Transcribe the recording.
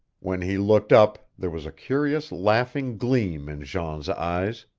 when he looked up there was a curious laughing gleam in jean's eyes.